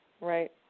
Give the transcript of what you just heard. Right